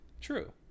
True